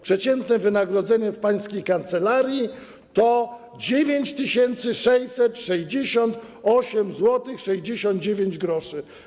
Przeciętne wynagrodzenie w pańskiej kancelarii wynosi 9668 zł i 69 gr.